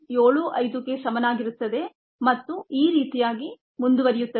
75 ಗೆ ಸಮನಾಗಿರುತ್ತದೆ ಮತ್ತು ಈ ರೀತಿಯಾಗಿ ಮುಂದುವರಿಯುತ್ತದೆ